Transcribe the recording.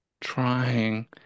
trying